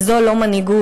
וזו לא מנהיגות.